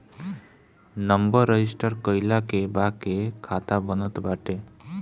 number register कईला के बाके खाता बनत बाटे